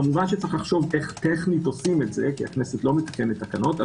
כמובן שצריך לחשוב איך עושים את זה טכנית כי הכנסת לא מתקנת תקנות,